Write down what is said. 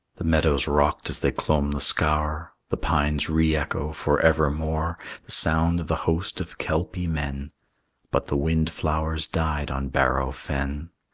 the meadows rocked as they clomb the scaur the pines re-echo for evermore the sound of the host of kelpie men but the windflowers died on bareau fen.